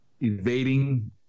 evading